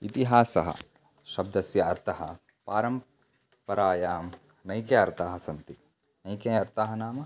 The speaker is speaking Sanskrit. इतिहासः शब्दस्य अर्थं परम्परायां नैके अर्थाः सन्ति नैके अर्थाः नाम